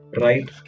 right